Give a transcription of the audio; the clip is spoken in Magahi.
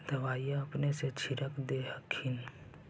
दबइया अपने से छीरक दे हखिन?